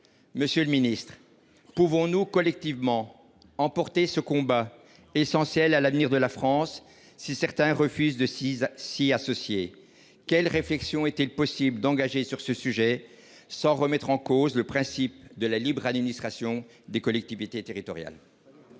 sur l’État ? Pouvons nous collectivement mener ce combat essentiel à l’avenir de la France si certains refusent de s’y associer ? Bref, quelle réflexion pouvons nous engager sur ce sujet sans remettre en cause le principe de la libre administration des collectivités territoriales ?